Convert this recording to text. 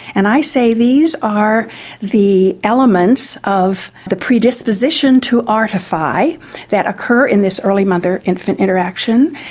and i say these are the elements of the predisposition to artify that occur in this early mother-infant interaction.